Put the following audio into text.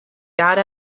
got